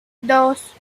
dos